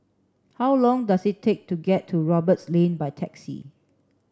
how long does it take to get to Roberts Lane by taxi